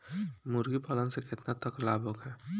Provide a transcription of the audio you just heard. मुर्गी पालन से केतना तक लाभ होखे?